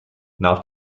nach